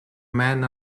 man